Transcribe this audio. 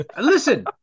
listen